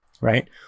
right